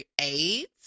AIDS